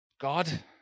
God